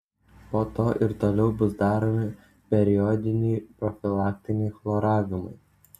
po to ir toliau bus daromi periodiniai profilaktiniai chloravimai